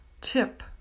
tip